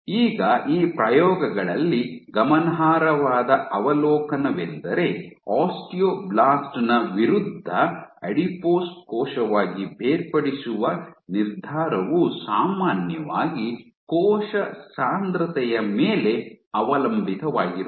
ಈಗ ಈ ಪ್ರಯೋಗಗಳಲ್ಲಿ ಗಮನಾರ್ಹವಾದ ಅವಲೋಕನವೆಂದರೆ ಆಸ್ಟಿಯೋಬ್ಲಾಸ್ಟ್ ನ ವಿರುದ್ಧ ಅಡಿಪೋಸ್ ಕೋಶವಾಗಿ ಬೇರ್ಪಡಿಸುವ ನಿರ್ಧಾರವು ಸಾಮಾನ್ಯವಾಗಿ "ಕೋಶ ಸಾಂದ್ರತೆ" ಯ ಮೇಲೆ ಅವಲಂಬಿತವಾಗಿರುತ್ತದೆ